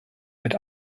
mit